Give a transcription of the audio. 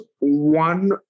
one